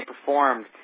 performed